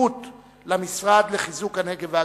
עדיפות למשרד לחיזוק הנגב והגליל.